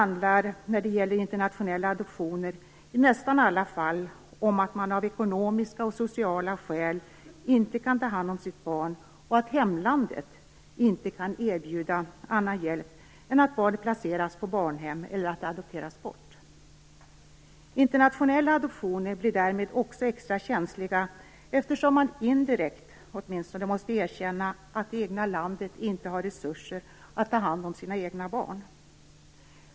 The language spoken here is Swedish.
När det gäller internationella adoptioner handlar det i nästan alla fall om att man av ekonomiska och sociala skäl inte kan ta hand om sitt barn och att hemlandet inte kan erbjuda annan hjälp än att barnet placeras på barnhem eller adopteras bort. Internationella adoptioner blir därmed också extra känsliga eftersom man indirekt måste erkänna att det egna landet inte har resurser att ta hand om sina egna barn.